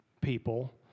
people